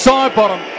Sidebottom